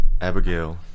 Abigail